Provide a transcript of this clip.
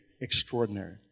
extraordinary